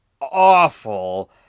awful